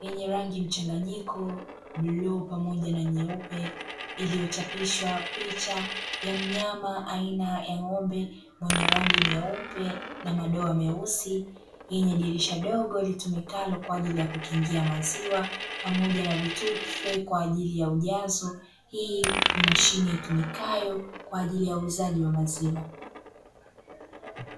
yenye rangi mchanganyiko bluu pamoja na nyeupe iliyochapishwa picha ya mnyama aina ya ng'ombe mwenye rangi nyeupe na madoa meusi, yenye dirisha dogo litumikalo kwa ajili ya kukingia maziwa pamoja na vitufe kwa ajili ya ujazo, hii ni mashine itumikayo kwa ajili ya uuzaji wa maziwa.